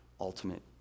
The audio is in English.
ultimate